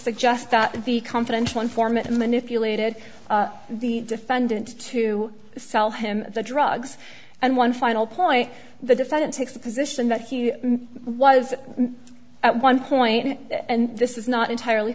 suggest that the confidential informant manipulated the defendant to sell him the drugs and one final point the defendant takes the position that he was at one point and this is not entirely